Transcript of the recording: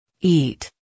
eat